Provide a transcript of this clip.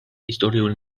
ისტორიული